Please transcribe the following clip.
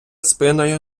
спиною